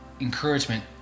encouragement